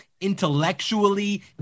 intellectually